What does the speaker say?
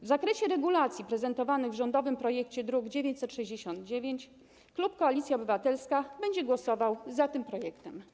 W zakresie regulacji prezentowanych w rządowym projekcie, druk nr 969, klub Koalicja Obywatelska będzie głosował za tym projektem.